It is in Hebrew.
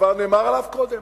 כבר נאמר עליו קודם: